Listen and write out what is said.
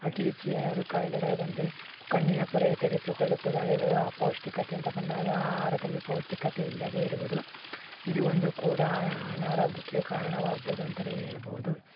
ಅತಿ ಹೆಚ್ಚ್ ಏನಾದ್ರೂ ಖಾಯಿಲೆಗಳು ಬಂದರೆ ಕಣ್ಣಿನ ಪೊರೆ ತೆಗೆಸಿಕೊಳ್ಳುಕ್ಕೆ ಇದಾಗಿರ್ಬೋದು ಅಪೌಷ್ಟಿಕತೆ ಅಂತ ಬಂದಾಗ ಆಹಾರದಲ್ಲಿ ಪೌಷ್ಟಿಕತೆ ಇಲ್ಲದೇ ಇರ್ಬೋದು ಇದು ಒಂದು ಕೂಡ ಅನಾರೋಗ್ಯಕ್ಕೆ ಕಾರಣವಾಗ್ಬೋದು ಅಂತನೇ ಹೇಳ್ಬೌದು